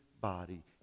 body